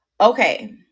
Okay